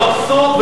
לשר.